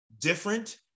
different